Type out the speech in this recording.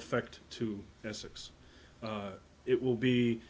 effect to essex it will be